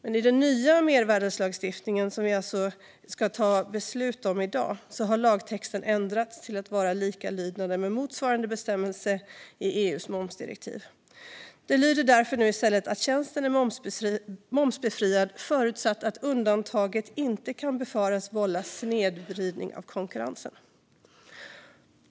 I den nya mervärdesskattelagstiftningen, som vi alltså ska ta beslut om i dag, har lagtexten ändrats till att vara likalydande med motsvarande bestämmelse i EU:s momsdirektiv. Texten lyder nu i stället att tjänsten är momsbefriad "förutsatt att undantaget inte kan befaras vålla snedvridning av konkurrensen".